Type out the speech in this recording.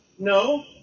No